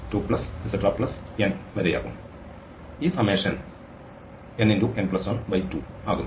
n വരെയാകും ഈ സമേശൻ nn12 ആകുന്നു